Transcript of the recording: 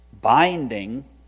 binding